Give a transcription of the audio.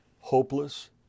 hopeless